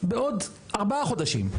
בעוד ארבעה חודשים.